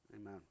Amen